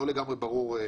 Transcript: אוקיי.